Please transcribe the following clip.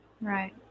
right